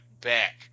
back